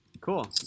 Cool